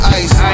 ice